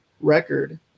record